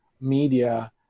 media